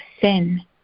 sin